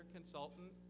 Consultant